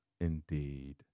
indeed